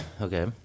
Okay